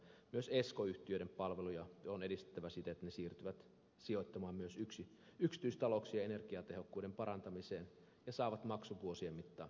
myös esco yhtiöiden palveluja on edistettävä siten että ne siirtyvät sijoittamaan myös yksityistalouksien energiatehokkuuden parantamiseen ja saavat maksun vuosien mittaan energiansäästöistä